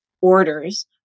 orders